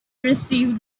received